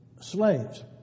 slaves